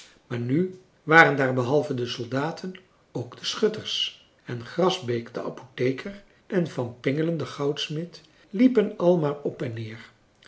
maar nu waren daar behalve de soldaten ook de schutters en grasbeek de apotheker en van pingelen de goudsmid liepen al maar op en neer